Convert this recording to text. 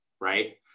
right